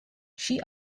she